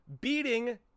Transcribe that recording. beating